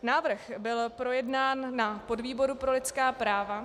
Návrh byl projednán na podvýboru pro lidská práva